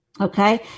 okay